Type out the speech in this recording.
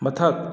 ꯃꯊꯛ